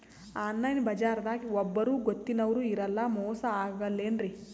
Online ಬಜಾರದಾಗ ಒಬ್ಬರೂ ಗೊತ್ತಿನವ್ರು ಇರಲ್ಲ, ಮೋಸ ಅಗಲ್ಲೆನ್ರಿ?